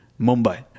Mumbai